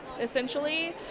essentially